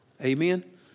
Amen